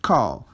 Call